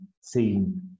seen